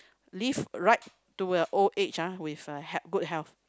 live right to a old age ah with a health good health